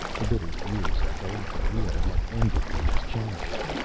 the bitter years of galactic war had ended in his childhood,